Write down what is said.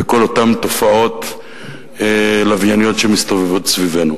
וכל אותן תופעות לווייניות שמסתובבות סביבנו.